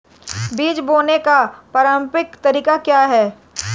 बीज बोने का पारंपरिक तरीका क्या है?